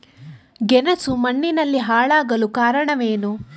ಗೆಣಸು ಮಣ್ಣಿನಲ್ಲಿ ಹಾಳಾಗಲು ಕಾರಣವೇನು?